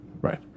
right